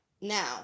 Now